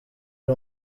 ari